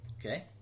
Okay